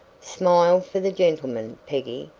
smile for the gentleman, peggy,